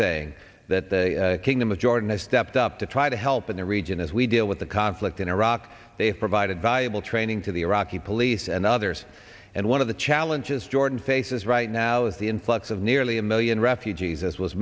saying that the kingdom of jordan has stepped up to try to help in the region as we deal with the conflict in iraq they have provided valuable training to the iraqi police and others and one of the challenges jordan faces right now is the influx of nearly a million refugees as was